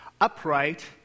upright